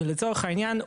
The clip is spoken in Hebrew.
ולצורך העניין,